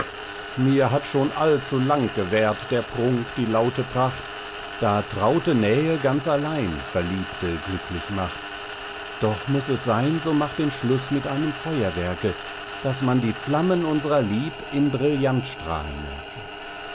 mir hat schon allzulang gewährt der prunk die laute pracht da traute nähe ganz allein verliebte glücklich macht doch muß es sein so macht den schluß mit einem feuerwerke daß man die flammen unsrer lieb in brillantstralen merke